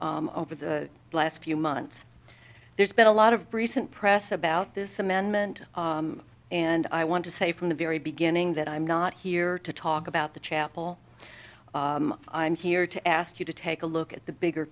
over the last few months there's been a lot of recent press about this amendment and i want to say from the very beginning that i'm not here to talk about the chapel i'm here to ask you to take a look at the bigger